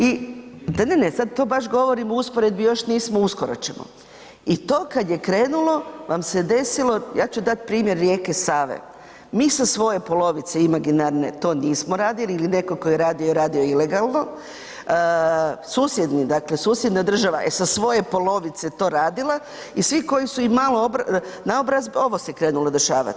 I ne, ne, ne, sad to vaš govorim u usporedbi, još nismo uskoro ćemo, i to kad je krenulo vam se desilo, ja ću dat primjer rijeke Save, mi sa svoje polovice imaginarne to nismo radili ili netko tko je radio, radio je ilegalno, susjedni, dakle susjedna država je sa svoje polovice to radila i svi koji su imali naobrazbe, ovo se krenulo dešavati.